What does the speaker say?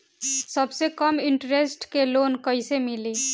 सबसे कम इन्टरेस्ट के लोन कइसे मिली?